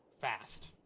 Fast